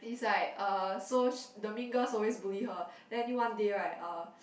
it's like uh so the mean girls always bully her then until one day right uh